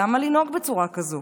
למה לנהוג בצורה כזו?